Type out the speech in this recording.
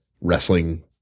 wrestling